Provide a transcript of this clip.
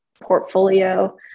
portfolio